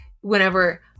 Whenever